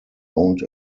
owned